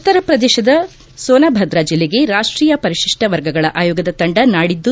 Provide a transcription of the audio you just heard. ಉತ್ತರ ಪ್ರದೇಶದ ಸೋನ್ಭದ್ರಾ ಜಿಲ್ಲೆಗೆ ರಾಷ್ಟೀಯ ಪರಿಶಿಷ್ಟ ವರ್ಗಗಳ ಆಯೋಗದ ತಂಡ ನಾಡಿದ್ದು